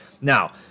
Now